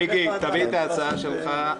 מיקי, תביא את ההצעה שלך.